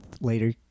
later